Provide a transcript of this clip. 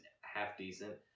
half-decent